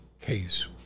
Case